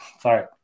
Sorry